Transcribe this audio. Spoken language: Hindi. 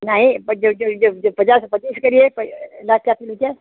नहीं बट जब जब जब पचास है पच्चीस करिए